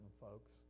folks